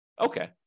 Okay